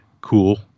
cool